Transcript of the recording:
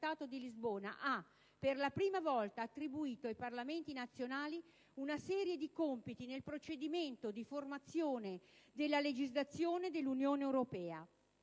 Trattato ha, per la prima volta, attribuito ai Parlamenti nazionali una serie di compiti nel procedimento di formazione della legislazione dell'Unione europea.